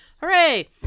Hooray